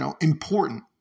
important